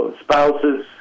spouses